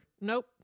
Nope